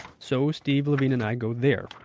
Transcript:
so steve levine and i go there,